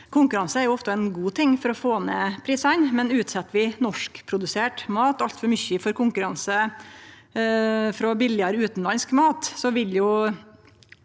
Konkurranse er ofte ein god ting for å få ned prisane, men utset vi norskprodusert mat altfor mykje for konkurranse frå billigare utanlandsk mat, vil jo